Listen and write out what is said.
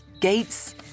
gates